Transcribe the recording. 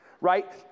right